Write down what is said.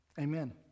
Amen